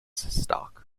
stock